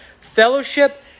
fellowship